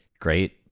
great